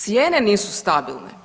Cijene nisu stabilne.